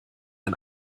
ein